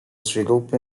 sviluppo